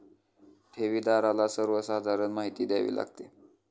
ठेवीदाराला सर्वसाधारण माहिती द्यावी लागते